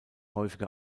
häufige